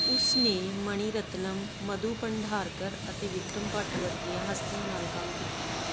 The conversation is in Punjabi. ਉਸ ਨੇ ਮਣੀਰਤਨਮ ਮਧੁਰ ਭੰਡਾਰਕਰ ਅਤੇ ਵਿਕਰਮ ਭੱਟ ਵਰਗੀਆਂ ਹਸਤੀਆਂ ਨਾਲ ਕੰਮ ਕੀਤਾ ਹੈ